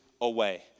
away